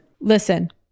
Listen